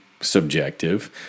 subjective